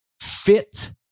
Fit